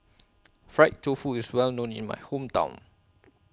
Fried Tofu IS Well known in My Hometown